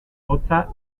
hotza